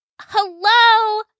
Hello